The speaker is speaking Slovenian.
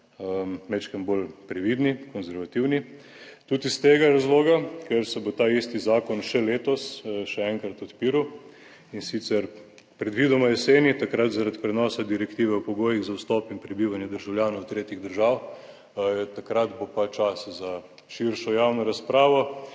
majčkeno bolj previdni, konservativni tudi iz tega razloga, ker se bo ta isti zakon še letos še enkrat odpiral, in sicer predvidoma jeseni, takrat zaradi prenosa direktive o pogojih za vstop in prebivanje državljanov tretjih držav. Takrat bo pa čas za širšo javno razpravo